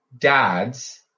dads